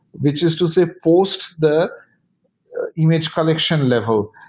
which is to say post the image collection level.